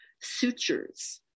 Sutures